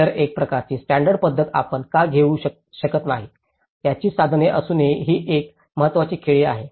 तर एक प्रकारची स्टॅंडर्ड पध्दत आपण का घेऊ शकत नाही याची साधने असूनही ही एक महत्त्वाची खेळी आहे